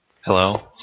Hello